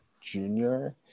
junior